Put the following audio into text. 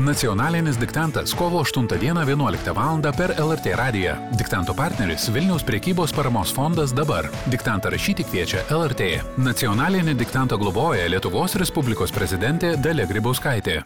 nacionalinis diktantas kovo aštuntą valandą vienuoliktą per lrt radiją diktanto partneris vilniaus prekybos paramos fondas dabar diktantą rašyti kviečia lrt nacionalinį diktantą globoja lietuvos respublikos prezidentė dalia grybauskaitė